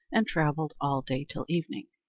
and travelled all day till evening.